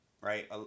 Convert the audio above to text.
right